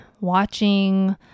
watching